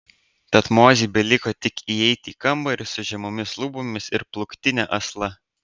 tad mozei beliko tik įeiti į kambarį su žemomis lubomis ir plūktine asla